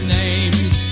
names